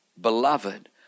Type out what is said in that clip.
Beloved